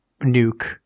nuke